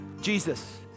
Jesus